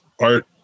art